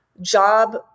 job